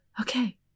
okay